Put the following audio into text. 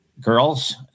girls